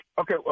Okay